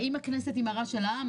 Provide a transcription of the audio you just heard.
האם הכנסת היא מראה של העם?